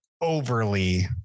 overly